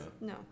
No